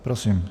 Prosím.